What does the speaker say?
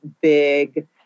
big